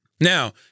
Now